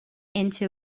into